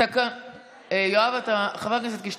חבר הכנסת קיש,